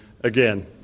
Again